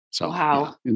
Wow